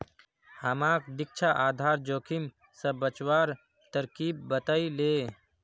हमाक दीक्षा आधार जोखिम स बचवार तरकीब बतइ ले